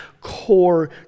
core